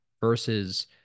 versus